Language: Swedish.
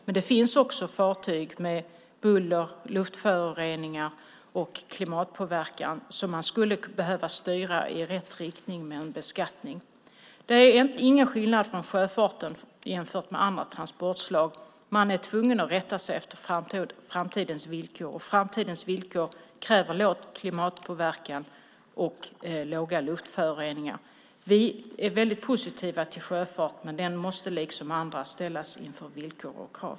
Men det finns också fartyg som förorsakar buller, luftföroreningar och klimatpåverkan som man skulle behöva styra i rätt riktning med en beskattning. Det är ingen skillnad på sjöfarten jämfört med andra transportslag. Man är tvungen att rätta sig efter framtidens villkor, och framtidens villkor kräver liten klimatpåverkan och små luftföroreningar. Vi är väldigt positiva till sjöfarten, men den måste liksom andra ställas inför villkor och krav.